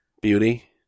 beauty